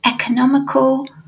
economical